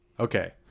Okay